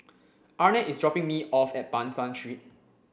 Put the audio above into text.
Arnett is dropping me off at Ban San Street